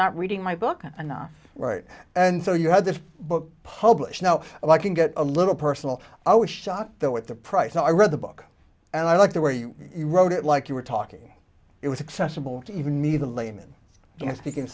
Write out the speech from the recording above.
not reading my book enough right and so you had this book published now and i can get a little personal i was shocked though at the price i read the book and i like the way you wrote it like you were talking it was accessible to even me the layman can speak in